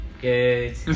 good